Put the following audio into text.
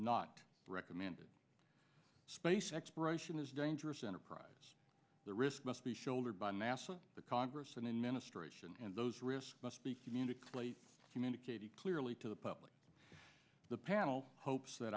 not recommended space exploration is dangerous enterprise the risk must be shouldered by nasa the congress and in ministration and those risks must be communicated late communicated clearly to the public the panel hopes that